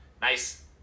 nice